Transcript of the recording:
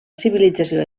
civilització